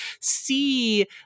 see